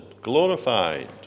glorified